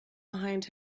behind